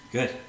Good